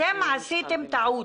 אתם עשיתם טעות,